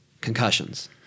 concussions